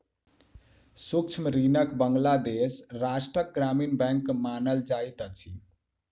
सूक्ष्म ऋणक मूल बांग्लादेश राष्ट्रक ग्रामीण बैंक मानल जाइत अछि